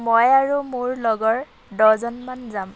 মই আৰু মোৰ লগৰ দহজনমান যাম